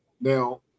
Now